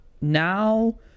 now